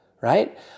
Right